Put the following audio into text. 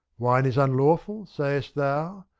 wine is unlawful, sayst thou?